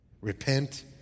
Repent